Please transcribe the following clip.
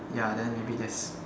ya then maybe that's